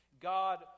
God